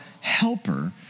helper